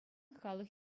халӑх